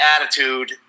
attitude